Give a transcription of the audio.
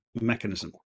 mechanism